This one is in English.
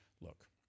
Look